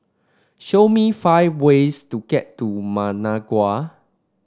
show me five ways to get to Managua